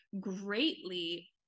greatly